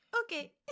Okay